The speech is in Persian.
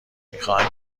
میخواهند